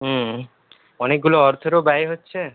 হুম অনেকগুলো অর্থেরও ব্যয় হচ্ছে